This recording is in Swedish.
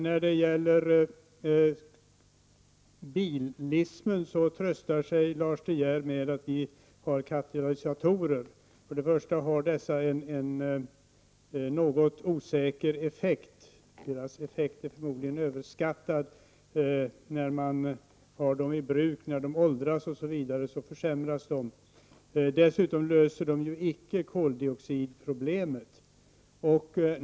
När det gäller bilismen tröstar sig Lars De Geer med att vi har katalysatorer. Dessa har en något osäker effekt. Deras effekt är förmodligen överskattad. När de är i bruk och åldras försämras de. Dessutom löser de icke koldioxidproblemet.